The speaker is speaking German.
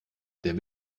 der